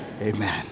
Amen